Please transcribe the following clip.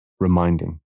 Reminding